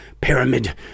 pyramid